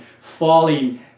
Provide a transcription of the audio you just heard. Falling